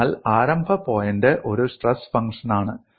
അതിനാൽ ആരംഭ പോയിന്റ് ഒരു സ്ട്രെസ് ഫംഗ്ഷനാണ്